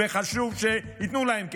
וחשוב שייתנו להם כסף.